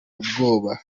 ubwoba